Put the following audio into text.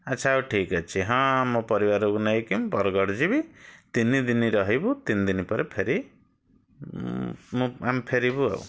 ଆଚ୍ଛା ହଉ ଠିକ ଅଛି ହଁ ମୁଁ ପରିବାରକୁ ନେଇକି ମୁଁ ବରଗଡ଼ ଯିବି ତିନି ଦିନ ରହିବୁ ତିନି ଦିନ ପରେ ଫେରି ମୁଁ ଆମେ ଫେରିବୁ ଆଉ